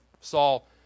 Saul